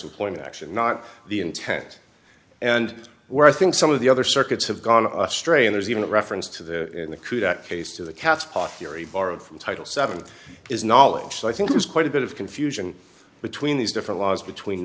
employment action not the intent and where i think some of the other circuits have gone astray and there's even a reference to the in the coup that case to the cast off theory borrowed from title seven is knowledge so i think there's quite a bit of confusion between these different laws between